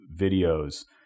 videos